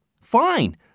Fine